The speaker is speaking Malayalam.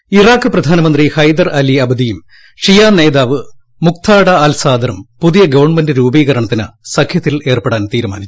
ന് ഇറാഖ് പ്രധാനമന്ത്രി ഉഹെദർ അലി അബദിയും ഷിയാ നേതാവ് മുഖ്താഡ അൽ സാദറും പുതിയ ഗവൺമെന്റ് രൂപീകരണത്തിന് സഖ്യത്തിലേർപ്പെടാൻ തീരുമാനിച്ചു